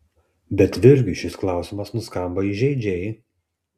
bet virgiui šis klausimas nuskamba įžeidžiai